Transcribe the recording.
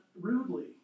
rudely